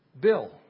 Bill